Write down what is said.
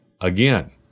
again